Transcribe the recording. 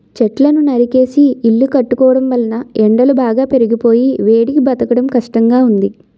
చెట్లను నరికేసి ఇల్లు కట్టుకోవడం వలన ఎండలు బాగా పెరిగిపోయి వేడికి బ్రతకడం కష్టంగా ఉంది